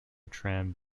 tram